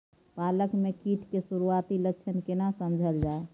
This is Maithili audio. पालक में कीट के सुरआती लक्षण केना समझल जाय?